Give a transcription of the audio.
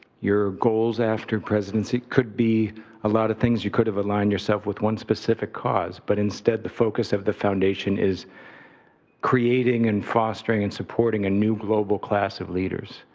your goals after presidency could be a lot of things. you could have aligned yourself with one specific cause, but instead, the focus of the foundation is creating and fostering and supporting a new global class of leaders.